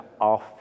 off